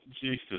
Jesus